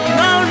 no